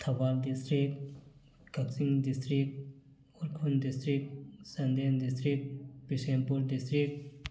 Thoubal district Kakching district Ukhrul district Chandel district Bishnupur district